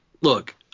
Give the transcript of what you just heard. look